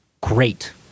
great